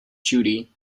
judy